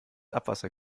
abwasser